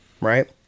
right